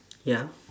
ya